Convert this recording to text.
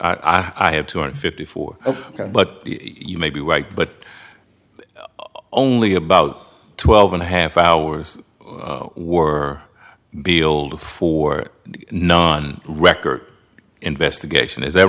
i have two hundred fifty four but you may be right but only about twelve and a half hours were below for the non record investigation is that